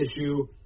issue